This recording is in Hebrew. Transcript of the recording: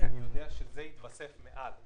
אני יודע שזה יתווסף מעל,